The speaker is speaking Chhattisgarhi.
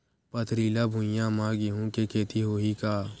पथरिला भुइयां म गेहूं के खेती होही का?